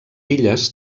illes